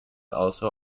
also